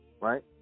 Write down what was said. right